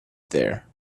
there